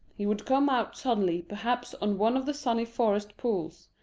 he would come out suddenly perhaps on one of the sunny forest pools,